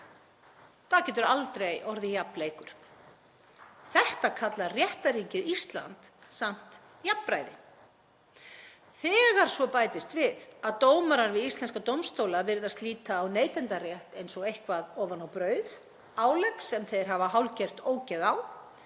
Það getur aldrei orðið jafn leikur. Þetta kallar réttarríkið Ísland samt jafnræði. Þegar svo bætist við að dómarar við íslenska dómstóla virðast líta á neytendarétt eins og eitthvað ofan á brauð, álegg sem þeir hafa hálfgert ógeð á,